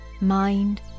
mind